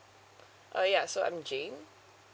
uh ya so I'm jane